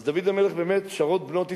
אז דוד המלך באמת, שרות בנות ישראל,